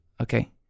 Okay